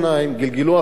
גלגלו אחריות